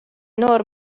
noor